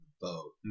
boat